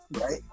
Right